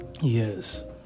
Yes